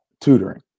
tutoring